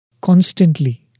constantly